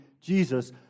Jesus